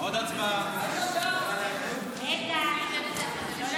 אני קובע כי